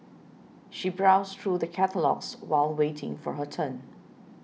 she browsed through the catalogues while waiting for her turn